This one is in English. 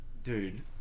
Dude